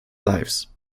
lives